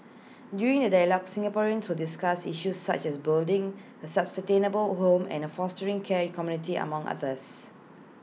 during the dialogues Singaporeans will discuss issues such as building A sustainable home and fostering caring community among others